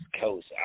Coast